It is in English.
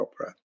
opera